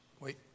Wait